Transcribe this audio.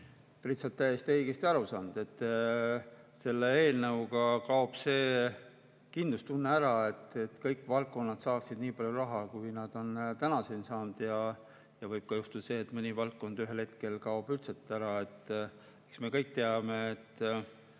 eelnõuga kaob see kindlustunne ära, et kõik valdkonnad saavad nii palju raha, kui nad on tänaseni saanud. Ja võib juhtuda, et mõni valdkond ühel hetkel kaob üldse ära.